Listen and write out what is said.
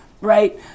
right